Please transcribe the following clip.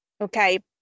okay